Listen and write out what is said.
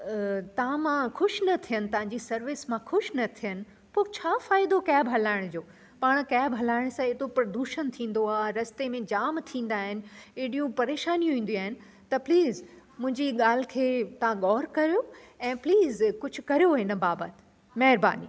तव्हां मां ख़ुशि न थियनि तव्हांजी सर्विस मां ख़ुशि न थियनि पोइ छा फ़ाइदो कैब हलाइण जो पाणि कैब हलाइण सां एतिरो प्रदुषण थींदो आहे रस्ते में जाम थींदा आहिनि हेॾियूं परेशानियूं ईंदियूं आहिनि त प्लीज़ मुंहिंजी ॻाल्हि खे तव्हां गौर कयो ऐं प्लीज़ कुझु करियो इन बाबति महिरबानी